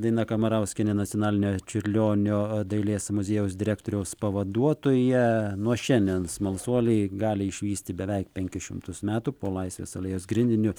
daina kamarauskienė nacionalinio čiurlionio dailės muziejaus direktoriaus pavaduotoja nuo šiandien smalsuoliai gali išvysti beveik penkis šimtus metų po laisvės alėjos grindiniu